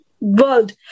world